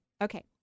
Okay